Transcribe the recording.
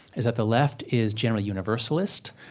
is that the left is generally universalist,